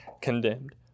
condemned